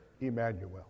Emmanuel